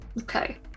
Okay